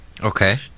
Okay